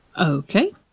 Okay